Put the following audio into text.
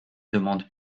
demande